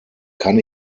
kann